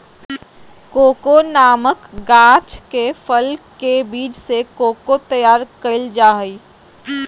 cocoa नामक गाछ के फल के बीज से कोको तैयार कइल जा हइ